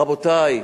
רבותי,